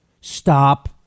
Stop